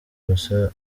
gusa